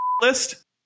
list